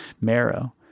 marrow